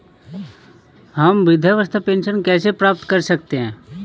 हम वृद्धावस्था पेंशन कैसे प्राप्त कर सकते हैं?